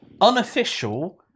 unofficial